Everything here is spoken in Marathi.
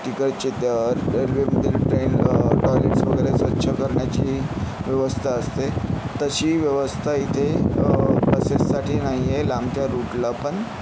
तिकडचे त्या रेल्वेमधील ट्रेन टॉयलेट्स वगैरे स्वच्छ करण्याची व्यवस्था असते तशी व्यवस्था इथे बसेससाठी नाही आहे लांबच्या रूटला पण